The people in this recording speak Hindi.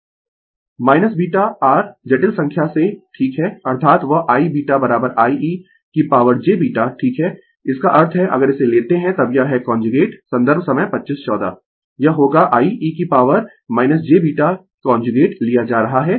Refer Slide Time 2511 β r जटिल संख्या से ठीक है अर्थात वह I β I e की पॉवर j β ठीक है इसका अर्थ है अगर इसे लेते है तब यह है कांजुगेट संदर्भ समय 2514 यह होगा I e की पॉवर j β कांजुगेट लिया जा रहा है